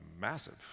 massive